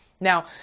Now